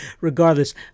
Regardless